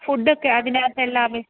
ഫുഡൊക്കെ അതിനകത്തല്ലാതെ